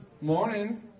Morning